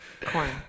Corn